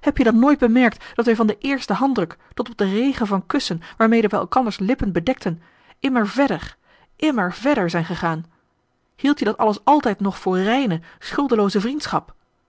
heb je dan nooit bemerkt dat wij van den eersten handdruk tot op den regen van kussen waarmede wij elkanders lippen bedekten immer verder immer verder zijn gegaan hield je dat alles altijd nog voor reine schuldelooze vriendschap